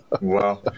Wow